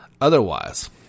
Otherwise